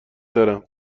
دارم